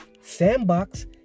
Sandbox